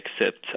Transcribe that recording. accept